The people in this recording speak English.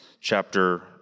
chapter